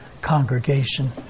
congregation